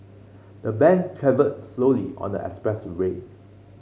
the van travelled slowly on the expressway